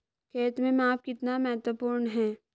खेत में माप कितना महत्वपूर्ण है?